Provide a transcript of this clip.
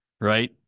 right